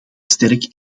sterk